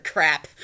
Crap